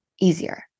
easier